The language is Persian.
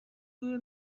دور